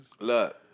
Look